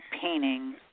painting